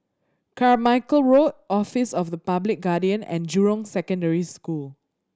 Carmichael Road Office of the Public Guardian and Jurong Secondary School